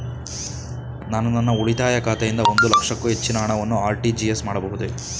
ನಾನು ನನ್ನ ಉಳಿತಾಯ ಖಾತೆಯಿಂದ ಒಂದು ಲಕ್ಷಕ್ಕೂ ಹೆಚ್ಚಿನ ಹಣವನ್ನು ಆರ್.ಟಿ.ಜಿ.ಎಸ್ ಮಾಡಬಹುದೇ?